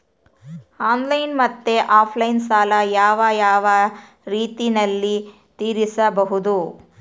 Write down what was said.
Online ಮತ್ತೆ offline ಸಾಲ ಯಾವ ಯಾವ ರೇತಿನಲ್ಲಿ ತೇರಿಸಬಹುದು?